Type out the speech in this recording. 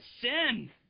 sin